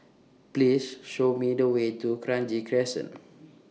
Please Show Me The Way to Kranji Crescent